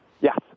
Yes